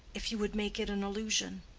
if you would make it an illusion.